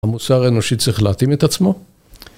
המוסר האנושי צריך להתאים את עצמו.